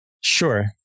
Sure